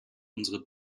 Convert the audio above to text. unsere